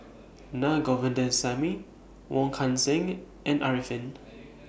Naa Govindasamy Wong Kan Seng and Arifin